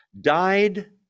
died